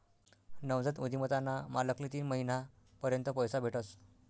नवजात उधिमताना मालकले तीन महिना पर्यंत पैसा भेटस